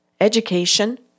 Education